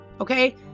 okay